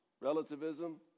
relativism